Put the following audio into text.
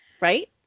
Right